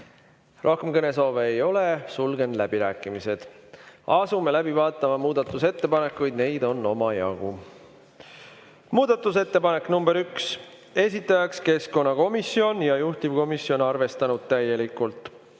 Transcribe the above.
Rohkem kõnesoove ei ole, sulgen läbirääkimised. Asume läbi vaatama muudatusettepanekuid. Neid on omajagu. Muudatusettepanek nr 1, esitajaks keskkonnakomisjon ja juhtivkomisjon on arvestanud täielikult.